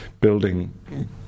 building